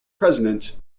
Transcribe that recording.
president